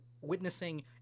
witnessing